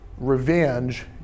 revenge